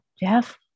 Jeff